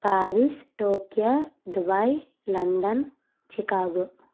Paris Tokyo Dubai London Chicago